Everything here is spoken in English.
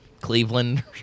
cleveland